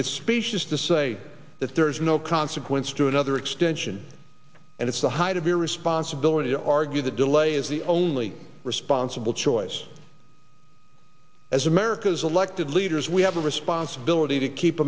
it's specious to say that there is no consequence to another extension and it's the height of irresponsibility to argue that delay is the only responsible choice as america's elected leaders we have a responsibility to keep